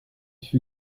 fut